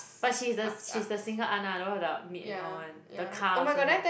but she's the she's the single aunt ah the one with our maid and all one the car also hers